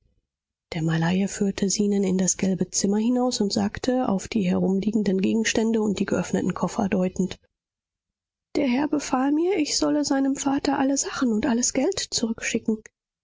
der malaie führte zenon in das gelbe zimmer hinaus und sagte auf die herumliegenden gegenstände und die geöffneten koffer deutend der herr befahl mir ich solle seinem vater alle sachen und alles geld zurückschicken